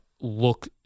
look